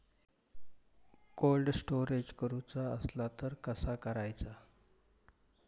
Cold storage करूचा असला तर कसा करायचा?